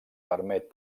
permet